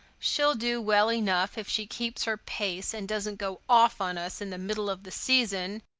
she'll do well enough if she keeps her pace and doesn't go off on us in the middle of the season,